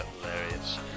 hilarious